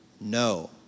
no